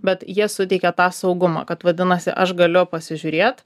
bet jie suteikia tą saugumą kad vadinasi aš galiu pasižiūrėt